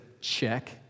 check